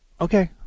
Okay